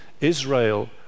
Israel